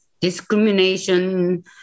discrimination